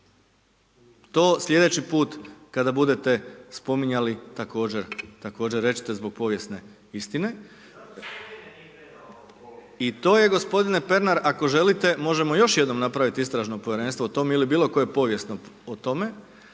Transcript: To sljedeći put, kada budete spominjali, također recite zbog povijesne istine …/Upadica se ne čuje./… i to je gospodine Pernar, ako želite, možemo još jednom napraviti istražnom povjerenstvo o tome ili bilo koje povijesno o tome,